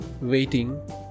waiting